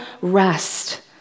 rest